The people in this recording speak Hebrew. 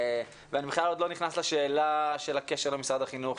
אני בכלל עוד לא נכנס לשאלה של הקשר למשרד החינוך,